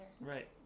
Right